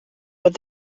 with